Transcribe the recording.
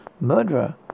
murderer